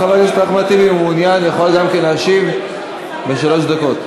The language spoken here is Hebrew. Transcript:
ואם חבר הכנסת אחמד טיבי מעוניין הוא יכול גם כן להשיב בשלוש דקות.